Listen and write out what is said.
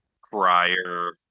crier